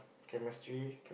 chemistry